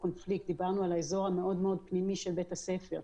ודיברנו על האזור המאוד מאוד פנימי של בית הספר,